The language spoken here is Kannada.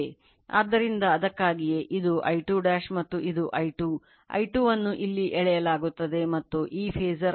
ಆದ್ದರಿಂದ ಅದಕ್ಕಾಗಿಯೇ ಇದು I2 ಮತ್ತು ಇದು I2 I2 ಅನ್ನು ಇಲ್ಲಿ ಎಳೆಯಲಾಗುತ್ತದೆ ಈ ಫಾಸರ್ I2 ಆಗಿದೆ